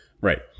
Right